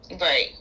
Right